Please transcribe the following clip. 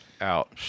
Out